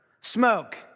smoke